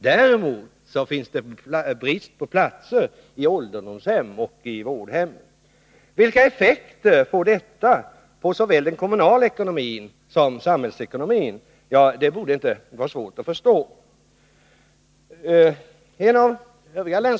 Däremot finns det brist på platser i ålderdomshem och vårdhem. Vilka effekter får detta på såväl den kommunala ekonomin som samhällsekonomin? Det borde inte vara svårt att förstå.